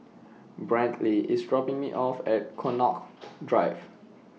Brantley IS dropping Me off At Connaught Drive